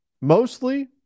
Mostly